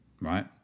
right